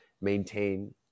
maintain